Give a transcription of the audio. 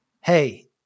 Hey